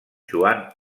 joan